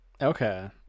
Okay